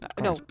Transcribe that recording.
No